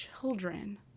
children